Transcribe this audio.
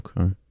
Okay